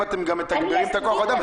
האם אתם גם מתגברים את כוח האדם,